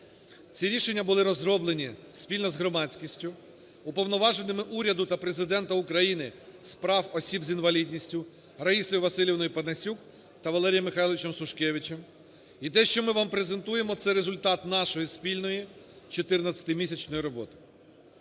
Ці рішення були розроблені спільно з громадськістю, уповноваженими уряду та Президента України з прав осіб з інвалідністю Раїсою ВасилівноюПанасюк та Валерієм Михайловичем Сушкевичем. І те, що ми вам презентуємо, це результат нашої спільної 14-місячної роботи.